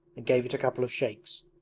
and gave it a couple of shakes.